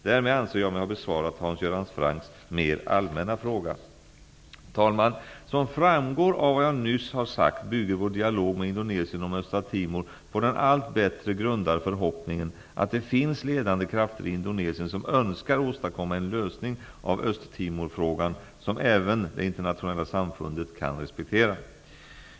Därmed anser jag mig ha besvarat Hans Göran Francks mer allmänna fråga. Herr talman! Som framgår av vad jag nyss har sagt bygger vår dialog med Indonesien om Östra Timor på den allt bättre grundade förhoppningen att det finns ledande krafter i Indonesien som önskar åstadkomma en lösning av Östtimor-frågan som även det internationella samfundet kan respektera.